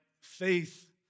faith